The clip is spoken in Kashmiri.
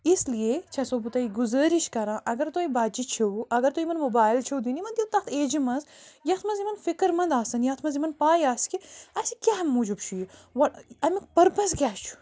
اس لیے چھیٚسو بہٕ تۄہہِ گُزارش کران اگر تۄہہِ بچہِ چھُو اگر تۄہہِ یِمن موبایل چھُو دِنۍ یِمن دیو تَتھ ایجہِ منٛز ییٚتھ منٛز یِمن فکر منٛد آسیٚن ییٚتھ منٛز یِمن پاے آسہِ کہِ اسہِ کمہِ موٗجوٗب چھُ یہِ وَٹ اَمیٛک پٔرپَز کیٛاہ چھُ